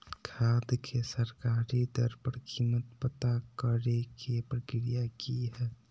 खाद के सरकारी दर पर कीमत पता करे के प्रक्रिया की हय?